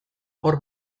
hor